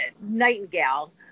nightingale